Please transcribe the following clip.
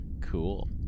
Cool